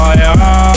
Fire